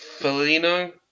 felino